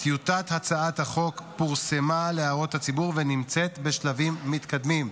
כי טיוטת הצעת החוק פורסמה להערות הציבור ונמצאת בשלבים מתקדמים,